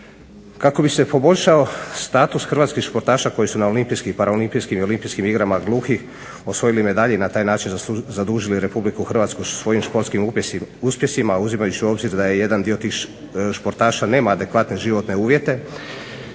Kako bi se poboljšao status hrvatskih sportaša koji su na olimpijskim, paraolimpijskim i olimpijskim igrama gluhih osvojili medalje i na taj način zadužili RH svojim sportskim uspjesima, a uzimajući u obzir da je jedan dio tih sportaša nema adekvatne životne uvjete